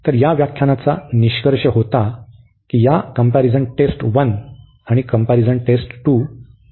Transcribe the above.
तर या व्याख्यानाचा निष्कर्ष होता या कंम्पॅरिझन टेस्ट 1 आणि कंम्पॅरिझन टेस्ट 2 काय आहेत